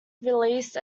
released